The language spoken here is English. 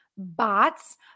bots